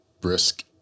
Brisk